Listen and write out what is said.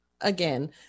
again